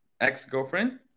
ex-girlfriend